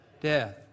death